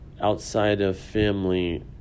outside-of-family